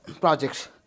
projects